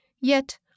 Yet